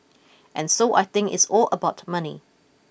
and so I think it's all about money